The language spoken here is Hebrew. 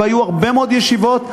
והיו הרבה מאוד ישיבות,